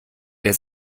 der